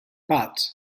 but